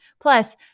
Plus